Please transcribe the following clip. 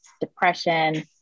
depression